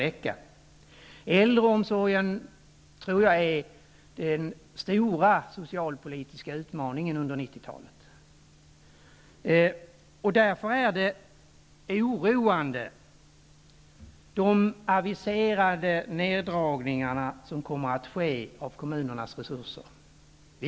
Äldreomsorgen tror jag är den stora socialpolitiska utmaningen under 90-talet, och därför är de aviserade neddragningarna av kommunernas resurser oroande.